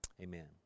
Amen